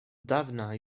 dawna